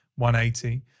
180